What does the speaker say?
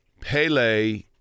Pele